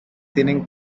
tienen